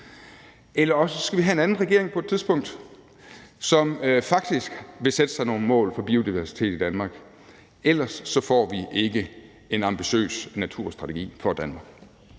eller også skal vi have en anden regering på et tidspunkt, som faktisk vil sætte sig nogle mål for biodiversitet i Danmark. Ellers får vi ikke en ambitiøs naturstrategi for Danmark.